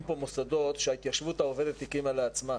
פה מוסדות שההתיישבות העובדת הקימה לעצמה.